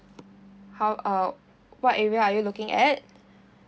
how uh what area are you looking at